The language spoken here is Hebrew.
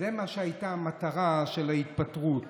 זאת הייתה המטרה של ההתפטרות.